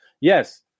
Yes